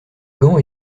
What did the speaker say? gants